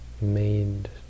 made